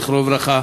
זיכרונו לברכה,